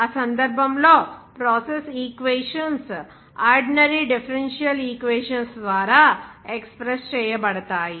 ఆ సందర్భంలో process equations ordinary differential equations ద్వారా ఎక్స్ప్రెస్ చేయబడతాయి